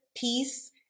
peace